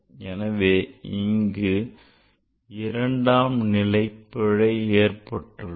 எனவே இங்கு இரண்டாம் நிலை பிழை ஏற்பட்டுள்ளது